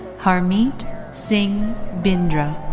harmeet singh bindra.